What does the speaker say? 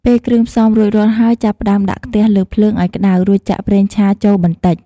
ពេលគ្រឿងផ្សំរួចរាល់ហើយ ចាប់ផ្ដើមដាក់ខ្ទះលើភ្លើងឲ្យក្តៅ រួចចាក់ ប្រេងឆាចូលបន្តិច។